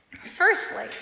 Firstly